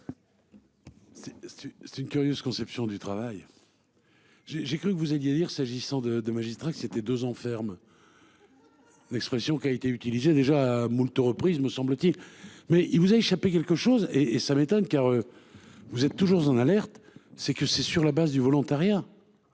C'est une curieuse conception du travail. J'ai j'ai cru que vous alliez dire s'agissant de de magistrats que c'était 2 ans ferme. L'expression qui a été utilisé déjà à moultes reprises me semble-t-il, mais il vous a échappé quelque chose et et ça m'étonne car. Vous êtes toujours en alerte, c'est que c'est sur la base du volontariat.